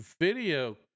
video